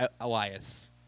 Elias